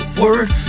word